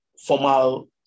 formal